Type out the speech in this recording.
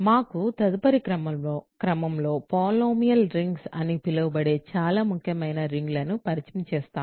మాకు తదుపరి క్రమంలో పాలినామియల్ రింగ్స్ అని పిలువబడే చాలా ముఖ్యమైన రింగులను పరిచయం చేస్తాము